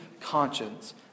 conscience